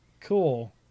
cool